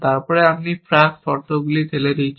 তারপরে আপনি প্রাক শর্তগুলিকে ঠেলে দিচ্ছেন